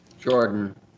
Jordan